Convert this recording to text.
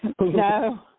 no